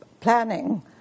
planning